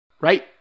right